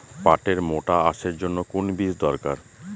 পাটের মোটা আঁশের জন্য কোন বীজ দরকার?